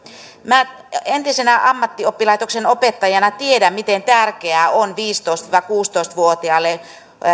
minä entisenä ammattioppilaitoksen opettajana tiedän miten tärkeää on viisitoista viiva kuusitoista vuotiaalle